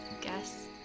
guess